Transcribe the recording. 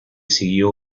siguió